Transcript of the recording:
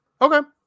okay